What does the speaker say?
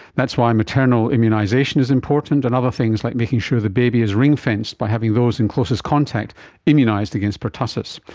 that's why maternal immunisation is important and other things like making sure the baby is ring-fenced by having those in closest contact immunised against pertussis.